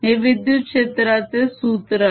हे विद्युत क्षेत्राचे सूत्र आहे